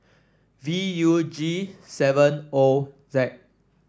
V U G seven O Z